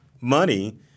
money